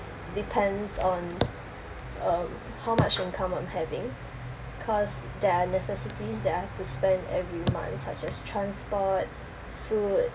depends on um how much income I'm having cause there are necessities that I've to spend every month such as transport food